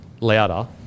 Louder